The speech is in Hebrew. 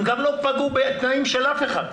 הם גם לא פגעו בתנאים של אף אחד.